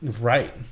right